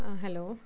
hello